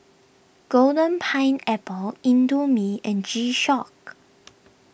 Golden Pineapple Indomie and G Shock